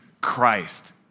Christ